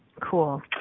cool